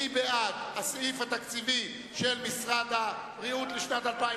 מי בעד הסעיף התקציבי של משרד הבריאות לשנת 2009?